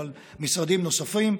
אבל גם משרדים נוספים,